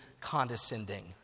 condescending